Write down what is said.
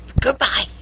Goodbye